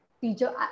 Teacher